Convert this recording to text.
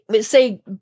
say